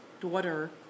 daughter